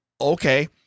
okay